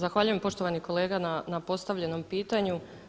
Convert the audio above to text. Zahvaljujem poštovani kolega na postavljenom pitanju.